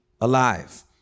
alive